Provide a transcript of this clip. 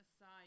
aside